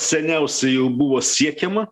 seniausiai jau buvo siekiama